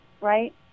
right